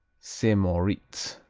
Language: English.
saint-moritz